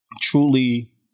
truly